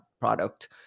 product